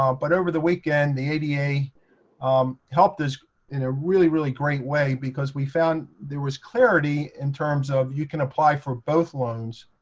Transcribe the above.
um but over the weekend the ada um helped us in a really really great way, because we found there was clarity in terms of you can apply for both loans,